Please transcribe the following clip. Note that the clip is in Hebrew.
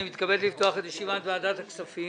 אני מתכבד לפתוח את ישיבת ועדת הכספים.